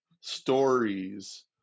stories